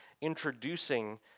introducing